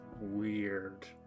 weird